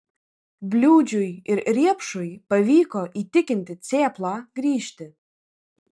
bliūdžiui ir riepšui pavyko įtikinti cėplą grįžti